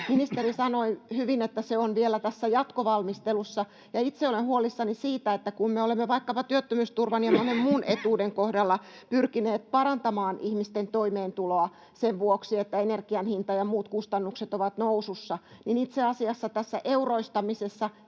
Ministeri sanoi hyvin, että se on vielä tässä jatkovalmistelussa, ja itse olen huolissani siitä, että kun me olemme vaikkapa työttömyysturvan ja monen muun etuuden kohdalla pyrkineet parantamaan ihmisten toimeentuloa sen vuoksi, että energian hinta ja muut kustannukset ovat nousussa, niin itse asiassa tämä euroistaminen